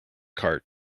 cart